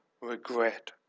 regret